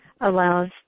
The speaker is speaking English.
allows